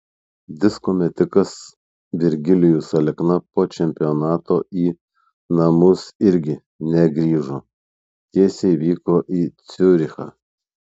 disko metikas virgilijus alekna po čempionato į namus irgi negrįžo tiesiai vyko į ciurichą